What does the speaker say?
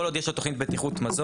כל עוד יש לו תוכנית בטיחות מזון,